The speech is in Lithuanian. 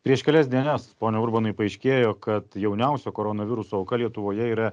prieš kelias dienias pone urbonai paaiškėjo kad jauniausia korona viruso auka lietuvoje yra